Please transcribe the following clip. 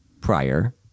prior